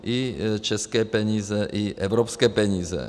I české peníze, i evropské peníze.